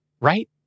right